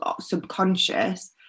subconscious